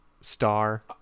star